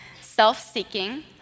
self-seeking